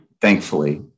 thankfully